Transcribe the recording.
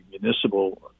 municipal